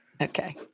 Okay